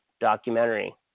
documentary